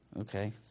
Okay